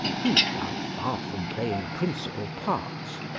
who, while far from playing principal parts,